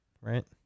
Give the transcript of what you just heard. right